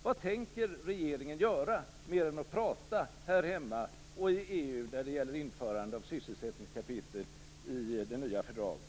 Vad tänker regeringen göra mer än att prata här hemma och i EU när det gäller införande av sysselsättningskapitel i det nya fördraget?